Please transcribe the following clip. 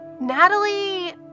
Natalie